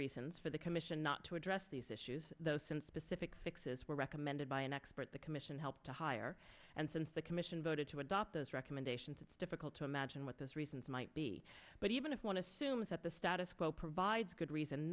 reasons for the commission not to address these issues though some specific fixes were recommended by an expert the commission helped to hire and since the commission voted to adopt those recommendations it's difficult to imagine what those reasons might be but even if one assumes that the status quo provides good reason